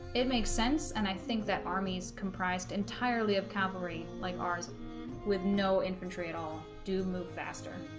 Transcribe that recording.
it makes sense and i think that army is comprised entirely of cavalry like ours with no infantry at all do move faster